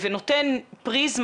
ובאמת האחריות היא באמת של כולנו.